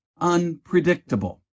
unpredictable